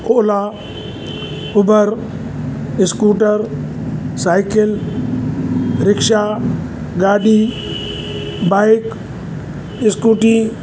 Ola Uber scooter cycle rickshaw गाॾी bike scooty